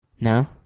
no